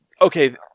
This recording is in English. Okay